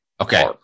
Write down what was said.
Okay